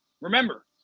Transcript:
Remember